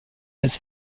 alles